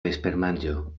vespermanĝo